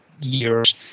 years